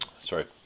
sorry